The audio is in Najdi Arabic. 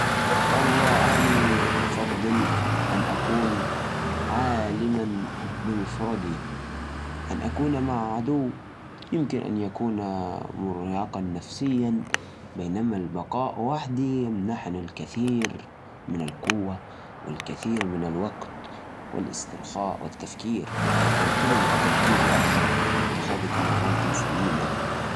والله أفضل أكون عالق على الجزيرة وحدي لأن لو كنت مع عدوي ممكن تصير مشاكل ومواجهات وهذا بيخلي الوضع أصعب أما لو كنت لحالي أقدر أركز على البقاء وأستكشف الجزيرة بدون أي توتر الوحدة أهون من القلق مع شخص ما أحبه